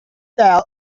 tell